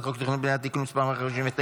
חוק התכנון והבנייה (תיקון מס' 159),